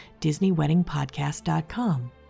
DisneyWeddingPodcast.com